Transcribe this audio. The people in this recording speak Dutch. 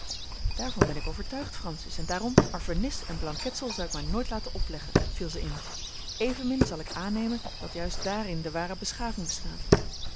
daarvan ben ik overtuigd francis en daarom maar vernis en blanketsel zou ik mij nooit laten opleggen viel zij in evenmin zal ik aannemen dat juist daarin de ware beschaving bestaat